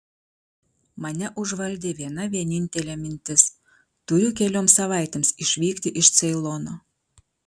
mane užvaldė viena vienintelė mintis turiu kelioms savaitėms išvykti iš ceilono